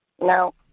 no